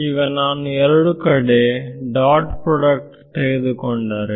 ಈಗ ನಾನು ಎರಡು ಕಡೆ ಡಾಟ್ ಪ್ರೊಡಕ್ಟ್ ತೆಗೆದುಕೊಂಡರೆ